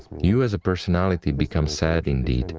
you as a personality become sad and at